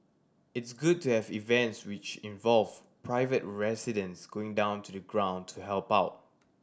it's good to have events which involve private residents going down to the ground to help out